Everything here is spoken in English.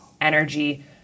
energy